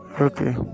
Okay